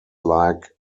like